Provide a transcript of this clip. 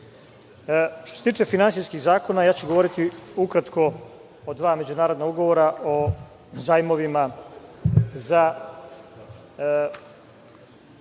se tiče finansijskih zakona ja ću govoriti ukratko o dva međunarodna ugovora, zajmovima za